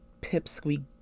pipsqueak